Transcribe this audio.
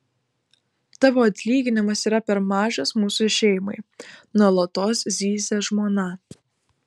tavo atlyginimas yra per mažas mūsų šeimai nuolatos zyzia žmona